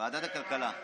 ועדת הכלכלה.